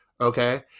okay